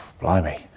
blimey